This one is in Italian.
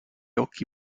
occhi